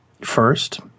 First